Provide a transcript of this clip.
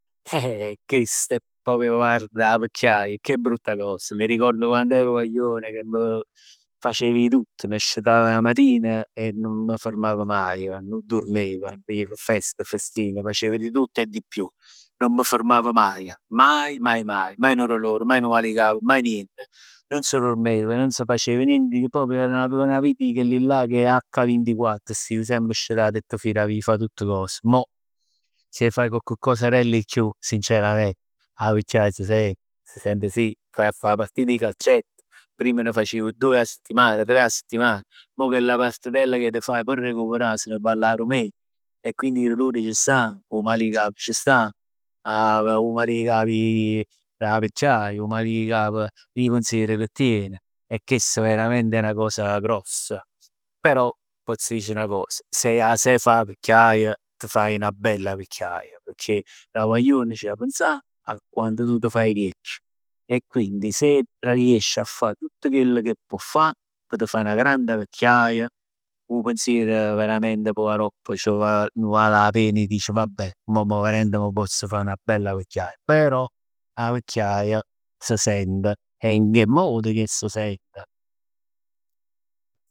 Eh chest è proprio, guarda, 'a vecchiaia, che brutta cos. M'arricord quann ero guaglione che m' facev 'e tutto, m' scetav 'a matin e nun m' fermav maje. Nun durmev, feste, festin, facevo di tutto e di più. Nun m' fermav maje, maje, maje. Maje 'nu dulor, maje 'nu mal 'e capa, maje niente. Nun s' durmev, nun s' facev niente e proprio era 'na vit e chellellà che h ventiquatt stiv semp scetat e t' firav 'e fa tutt cos. Mo se fai cocc cosarell 'e chiù sincerament 'a vecchiaia s' sent, s' sent sì. T' vai a fa 'a partit 'e calcetto, prima ne faciv doje 'a settiman, tre 'a settiman, mo chella partitella che t' faje p' recuperà se ne parla 'a dummenec e quindi 'e dolor c' stann. 'O mal 'e capa c' sta, 'a 'o mal 'e cap dà dà vecchiaia, 'o mal 'e capa dè pensier che tien e chest veramente è 'na cosa grossa. Però pozz dicere 'na cos, se 'a saje fa 'a vecchiaia t' faje 'na bella vecchiaia, pecchè da guaglione c' ha pensà a quann tu t' faje viecchio. E quindi se t' riesci 'a fa tutt chell che può fà p' t' fa 'na granda vecchiaia, 'o pensier veramente poi aropp c' vò, ne val 'a pens e dicere vabbè mo veramente m' pozz fa 'na bella vecchiaia. Però 'a vecchiaia s' sent e in che modo che s' sent!